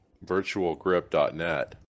virtualgrip.net